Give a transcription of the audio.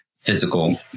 physical